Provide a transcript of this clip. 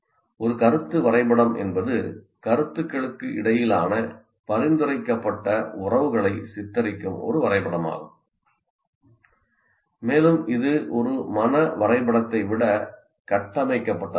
ஒரு கருத்து வரைபடம் என்பது கருத்துக்களுக்கு இடையிலான பரிந்துரைக்கப்பட்ட உறவுகளை சித்தரிக்கும் ஒரு வரைபடமாகும் மேலும் இது ஒரு மன வரைபடத்தை விட கட்டமைக்கப்பட்டதாகும்